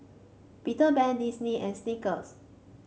Peter Pan Disney and Snickers